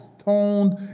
stoned